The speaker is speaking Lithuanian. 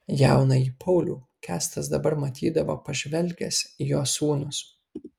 jaunąjį paulių kęstas dabar matydavo pažvelgęs į jo sūnus